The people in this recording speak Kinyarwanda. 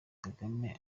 kagame